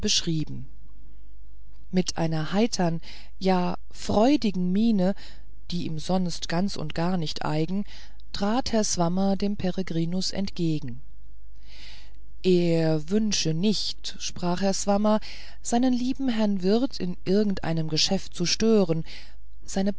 mit einer heitern ja freudigen miene die ihm sonst ganz und gar nicht eigen trat herr swammer dem peregrinus entgegen er wünsche nicht sprach herr swammer seinen lieben herrn wirt in irgendeinem geschäft zu stören seine